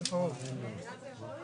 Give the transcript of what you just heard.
הישיבה ננעלה